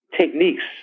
techniques